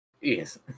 Yes